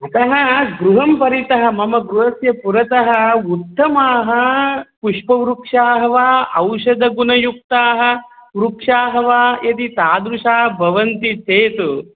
अतः गृहं परितः मम गृहस्य पुरतः उत्तमाः पुष्पवृक्षाः वा औषधगुणयुक्ताः वृक्षाः वा यदि तादृशाः भवन्ति चेत्